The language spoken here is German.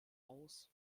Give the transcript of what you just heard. aus